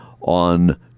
on